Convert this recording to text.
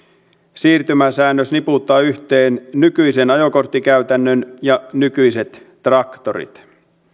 siirtymäsäännös niputtaa yhteen nykyisen ajokorttikäytännön ja nykyiset traktorit